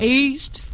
east